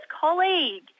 colleague